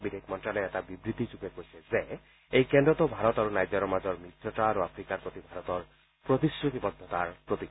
বিদেশ মন্ত্যালয়ে এটা বিবৃতিযোগে কৈছে যে এই কেন্দ্ৰটো ভাৰত আৰু নাইজাৰৰ মাজৰ মিত্ৰতা আৰু আফ্ৰিকাৰ প্ৰতি ভাৰতৰ প্ৰতিশ্ৰুতিবদ্ধতাৰ প্ৰতীক